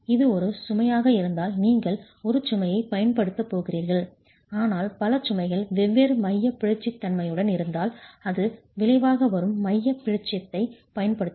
இது ஒரு சுமையாக இருந்தால் நீங்கள் ஒரு சுமையைப் பயன்படுத்தப் போகிறீர்கள் ஆனால் பல சுமைகள் வெவ்வேறு மையப் பிறழ்ச்சி தன்மை யுடன் இருந்தால் அதன் விளைவாக வரும் மையப் பிறழ்ச்சியை பயன்படுத்தவும்